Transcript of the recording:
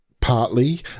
partly